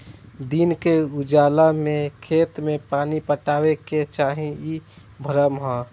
दिन के उजाला में खेत में पानी पटावे के चाही इ भ्रम ह